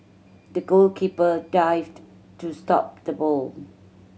the goalkeeper dived to stop the ball